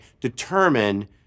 determine